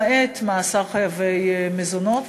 למעט מאסר חייבי מזונות,